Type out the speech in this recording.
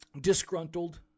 disgruntled